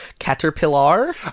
Caterpillar